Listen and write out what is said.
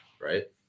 right